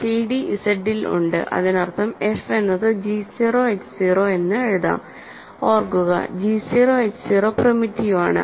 CD Z ൽ ഉണ്ട് അതിനർത്ഥം f എന്നത് g 0 h 0 എന്ന് എഴുതാം ഓർക്കുക g 0 h 0 പ്രിമിറ്റീവ് ആണ്